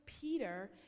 Peter